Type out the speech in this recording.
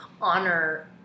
honor